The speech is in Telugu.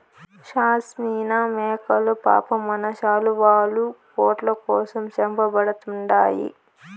షాస్మినా మేకలు పాపం మన శాలువాలు, కోట్ల కోసం చంపబడతండాయి